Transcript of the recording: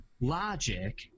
logic